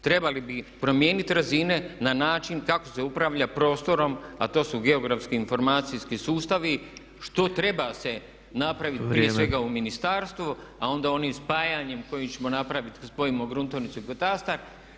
Trebali bi promijenit razine na način kako se upravlja prostorom, a to su geografski, informacijski sustavi što treba se napraviti prije svega u ministarstvu, a onda onim spajanjem kojim ćemo napraviti kad spojimo gruntovnicu i katastar.